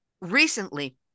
Recently